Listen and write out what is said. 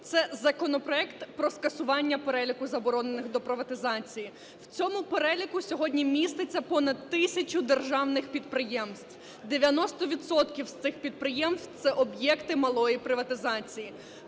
це законопроект про скасування переліку заборонених до приватизації. В цьому переліку сьогодні міститься понад тисячу державних підприємств. 90 відсотків з цих підприємств – це об'єкти малої приватизації.